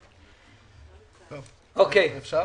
אפשר?